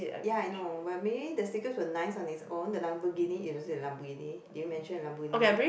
ya I know but maybe the speakers were nice on it's own the Lamborghini eh was it a Lamborghini did you mention a Lamborghini